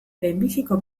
lehenbiziko